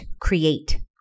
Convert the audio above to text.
Create